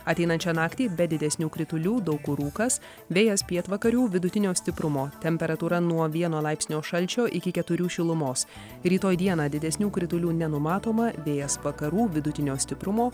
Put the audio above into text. ateinančią naktį be didesnių kritulių daug kur rūkas vėjas pietvakarių vidutinio stiprumo temperatūra nuo vieno laipsnio šalčio iki keturių šilumos rytoj dieną didesnių kritulių nenumatoma vėjas vakarų vidutinio stiprumo